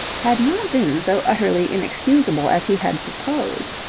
had not been so utterly inexcusable as he had supposed.